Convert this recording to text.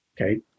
okay